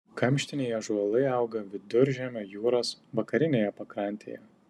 kamštiniai ąžuolai auga viduržemio jūros vakarinėje pakrantėje